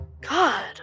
god